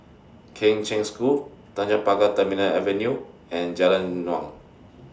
Kheng Cheng School Tanjong Pagar Terminal Avenue and Jalan Naung